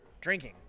drinking